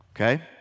Okay